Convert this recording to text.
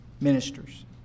ministers